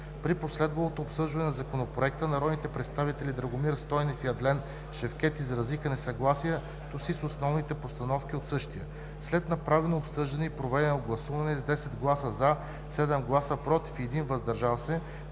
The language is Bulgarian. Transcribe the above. При последвалото обсъждане на Законопроекта народните представители Драгомир Стойнев и Адлен Шевкед изразиха несъгласието си с основни постановки от същия. След направеното обсъждане и проведеното гласуване: с 10 гласа „за“, 7 гласа „против“ и 1 глас „въздържал се“,